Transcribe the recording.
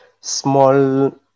small